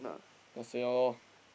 just say out lor